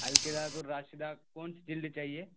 القراۃ الراشدہ کون سی جلد چاہیے